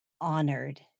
honored